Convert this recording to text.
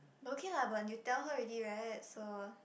but okay lah but you tell already right so